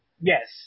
Yes